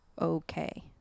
okay